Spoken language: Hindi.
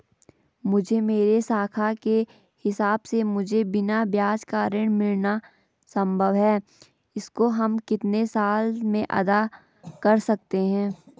मुझे मेरे साख के हिसाब से मुझे बिना ब्याज का ऋण मिलना संभव है इसको हम कितने साल में अदा कर सकते हैं?